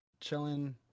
chilling